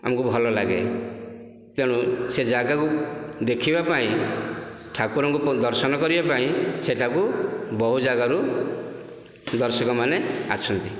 ଆମକୁ ଭଲ ଲାଗେ ତେଣୁ ସେ ଜାଗାକୁ ଦେଖିବା ପାଇଁ ଠାକୁରଙ୍କୁ ଦର୍ଶନ କରିବା ପାଇଁ ସେଠାକୁ ବହୁ ଜାଗାରୁ ଦର୍ଶକ ମାନେ ଆସନ୍ତି